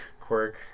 Quirk